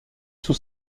sous